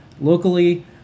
locally